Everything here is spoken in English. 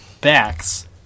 backs